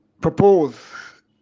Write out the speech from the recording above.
propose